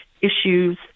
issues